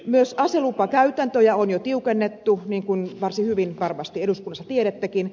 myös aselupakäytäntöjä on jo tiukennettu niin kuin varsin hyvin varmasti eduskunnassa tiedättekin